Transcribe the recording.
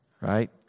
right